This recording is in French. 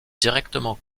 directement